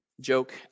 Joke